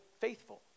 faithful